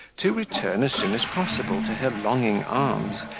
to return as soon as possible to her longing arms,